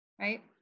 right